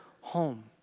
home